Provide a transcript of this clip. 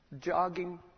jogging